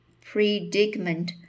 predicament